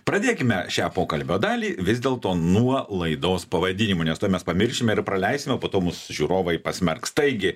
pradėkime šią pokalbio dalį vis dėlto nuo laidos pavadinimo nes tuoj mes pamiršime ir praleisim o po to mus žiūrovai pasmerks taigi